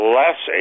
less